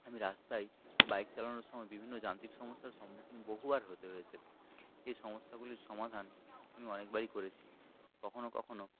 আমি রাস্তায় বাইক চালানোর সময় বিভিন্ন যান্ত্রিক সমস্যার সম্মুখীন বহুবার হতে হয়েছে এ সমস্যাগুলির সমাধান আমি অনেকবারই করেছি কখনও কখনও